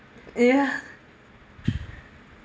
ya